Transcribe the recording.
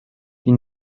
die